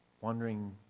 wondering